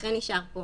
ולכן נשאר פה